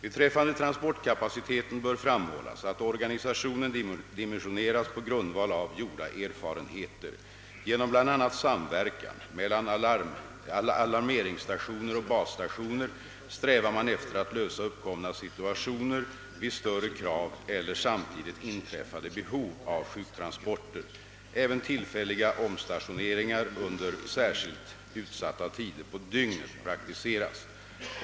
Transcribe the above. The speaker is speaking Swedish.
Beträffande transportkapaciteten bör framhållas att organisationen dimensionerats på grundval av gjorda erfarenheter. Genom bl.a. samverkan mellan alarmeringsstationer och basstationer strävar man efter att lösa uppkomna situationer vid större krav eller samtidigt inträffade behov av sjuktransporter. Även tillfälliga omstationeringar under särskilt utsatta tider på dygnet praktiseras.